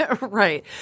Right